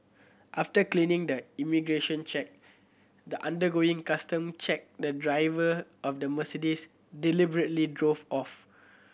after clearing the immigration check the undergoing custom check the driver of the Mercedes deliberately drove off